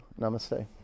Namaste